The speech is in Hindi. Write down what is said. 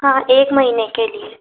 हाँ एक महीने के लिए